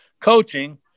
coaching